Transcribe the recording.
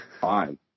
Fine